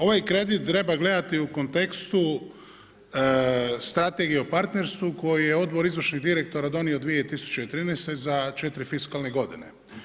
Ovaj kredit treba gledati u kontekstu strategije o partnerstvu, koji je Odbor izvršnih direktora donio 2013. za 4 fiskalen godine.